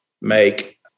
make